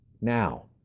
Now